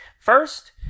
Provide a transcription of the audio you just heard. First